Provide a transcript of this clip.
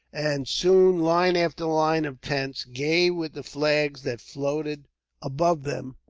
and soon line after line of tents, gay with the flags that floated above them,